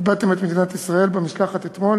כיבדתם את מדינת ישראל במשלחת אתמול,